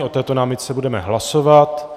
O této námitce budeme hlasovat.